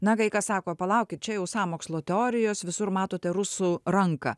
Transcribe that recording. na kai kas sako palaukit čia jau sąmokslo teorijos visur matote rusų ranką